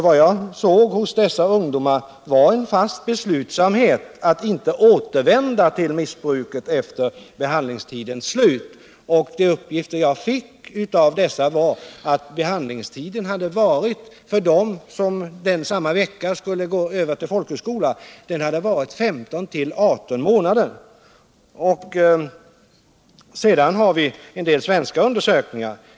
Vad jag såg hos dessa ungdomar var nämligen en fast beslutsamhet att inte återvända till missbruket efter behandlingstidens slut. De uppgifter jag fick var att behandlingstiden, t.ex. för dem som samma vecka skulle börja på folkhögskola, hade varit 15-18 månader. Vi har dock haft en del svenska undersökningar.